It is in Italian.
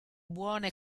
buone